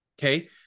Okay